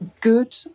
good